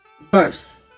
verse